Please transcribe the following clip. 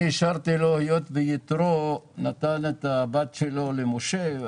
אני אישרתי לו היות ויתרו נתן את הבת שלו למשה.